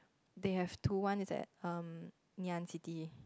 they have two one is at um Ngee-Ann-City